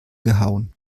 gehauen